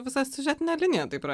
visą siužetinę liniją taip yra